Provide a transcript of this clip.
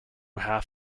half